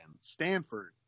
Stanford